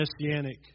Messianic